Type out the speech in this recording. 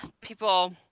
people